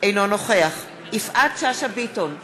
אינו נוכח יפעת שאשא ביטון,